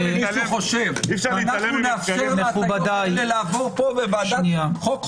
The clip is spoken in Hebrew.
מי שחושב שאנחנו נאפשר להטעיות האלה לעבור בוועדת החוקה,